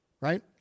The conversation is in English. right